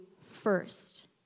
first